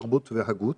תרבות והגות.